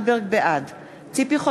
בעד ציפי חוטובלי,